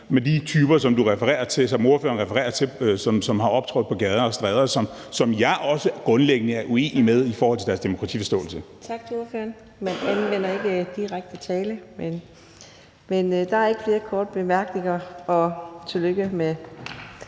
med de typer, som ordføreren refererer til, som har optrådt på gader og stræder, og som jeg også grundlæggende er uenig med i forhold til deres demokratiforståelse. Kl. 20:21 Fjerde næstformand (Karina Adsbøl): Tak til ordføreren. Man anvender ikke direkte tiltale. Der er ikke flere korte bemærkninger, og tillykke med